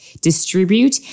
distribute